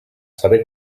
saber